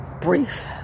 brief